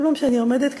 כל פעם כשאני עומדת כאן,